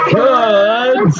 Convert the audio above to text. good